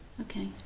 Okay